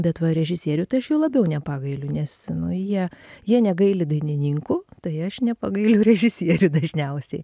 bet va režisierių tai aš jų labiau nepagailiu nes nu jie jie negaili dainininkų tai aš nepagailiu režisierių dažniausiai